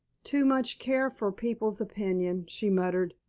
too much care for people's opinion, she murmured,